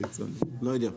לא יודע.